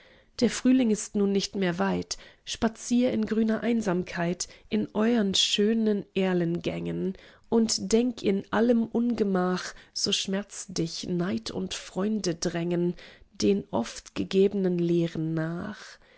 der frühling ist nun nicht mehr weit spazier in grüner einsamkeit in euren schönen erlengängen und denk in allem ungemach so schmerz dich neid und freunde drängen den oft gegebnen lehren nach